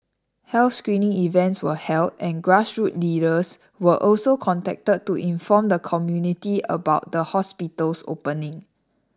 health screening events were held and grassroots leaders were also contacted to inform the community about the hospital's opening